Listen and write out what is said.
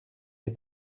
des